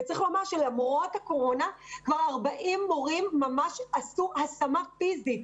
ולמרות הקורונה 40 מורים ממש עברו השמה פיזית.